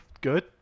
Good